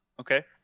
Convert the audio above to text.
Okay